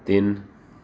ਤਿੰਨ